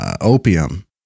opium